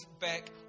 back